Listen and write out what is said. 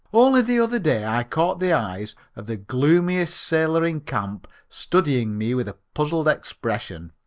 only the other day i caught the eyes of the gloomiest sailor in camp studying me with a puzzled expression.